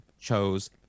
chose